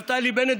נפתלי בנט,